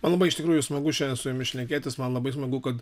man labai iš tikrųjų smagu šiandien su jumis šnekėtis man labai smagu kad